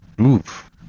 Oof